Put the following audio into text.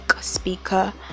speaker